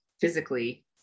physically